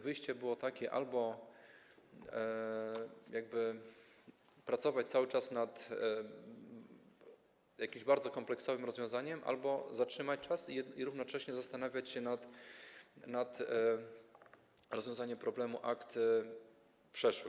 Wyjście było takie: albo pracować cały czas nad jakimś bardzo kompleksowym rozwiązaniem, albo zatrzymać czas i równocześnie zastanawiać się nad rozwiązaniem problemu akt przeszłych.